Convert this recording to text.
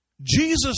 Jesus